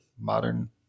modern